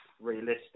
realistic